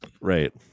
Right